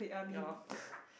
ya loh